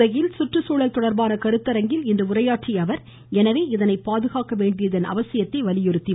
உதகையில் சுற்றுச்சூழல் தொடர்பான கருத்தரங்கில் உரையாற்றிய அவர் எனவே இதனை பாதுகாக்க வேண்டியதன் அவசியத்தை வலியுறுத்தினார்